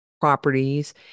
properties